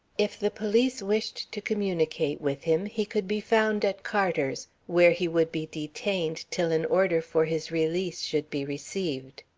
if the police wished to communicate with him, he could be found at carter's, where he would be detained till an order for his release should be received.